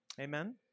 Amen